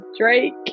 Drake